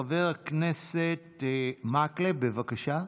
חבר הכנסת מקלב, בבקשה.